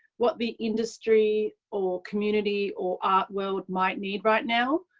what the industry or community or art world might need right now.